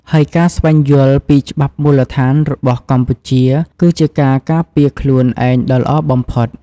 ហើយការស្វែងយល់ពីច្បាប់មូលដ្ឋានរបស់កម្ពុជា គឺជាការការពារខ្លួនឯងដ៏ល្អបំផុត។